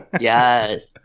yes